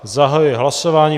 Zahajuji hlasování.